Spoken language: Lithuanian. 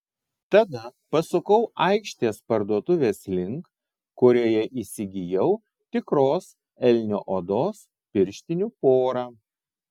tada pasukau aikštės parduotuvės link kurioje įsigijau tikros elnio odos pirštinių porą